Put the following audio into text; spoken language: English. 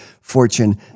Fortune